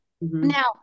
Now